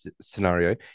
scenario